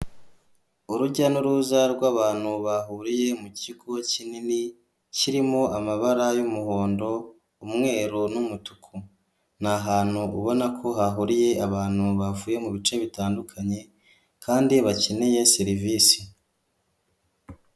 Urujya n'uruza rw'abantu bahuriye mu kigo kinini, kirimo amabara y'umuhondo, umweru n'umutuku, ni abantu ubona ko hahuriye ahantu, bavuye mu bice bitandukanye kandi bakeneye serivisi.